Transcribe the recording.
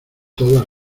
todas